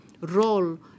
role